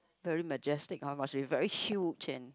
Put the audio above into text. very majestic !huh! must be very huge and